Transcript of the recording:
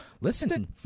listen